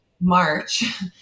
March